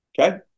Okay